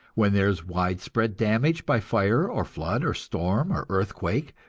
when there is widespread damage by fire or flood or storm or earthquake,